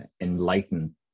enlighten